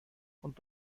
und